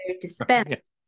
dispensed